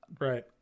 Right